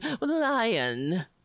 lion